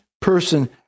person